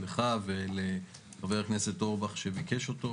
לך ולחבר הכנסת אורבך שביקש אותו.